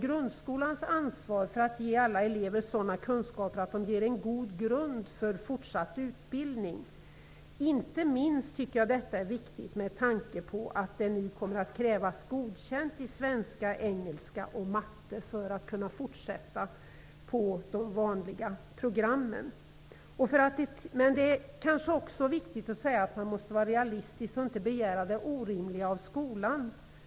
Grundskolans ansvar för att ge alla elever sådana kunskaper att de ger en god grund för fortsatt utbildning är viktigt, inte minst med tanke på att det nu kommer att krävas godkänt i ämnena svenska, engelska och matematik för att få fortsätta de vanliga programmen. Man måste dock vara realistisk och inte begära det orimliga av skolan.